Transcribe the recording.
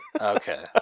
Okay